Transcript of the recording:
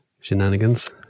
shenanigans